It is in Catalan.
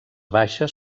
baixes